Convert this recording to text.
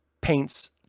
paints